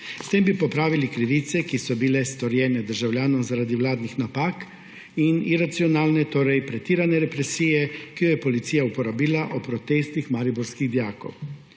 S tem bi popravili krivice, ki so bile storjene državljanom zaradi vladnih napak in iracionalne, torej pretirane represije, ki jo je policija uporabila ob protestih mariborskih dijakov.